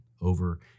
over